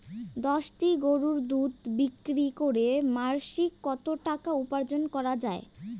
দশটি গরুর দুধ বিক্রি করে মাসিক কত টাকা উপার্জন করা য়ায়?